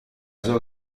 sua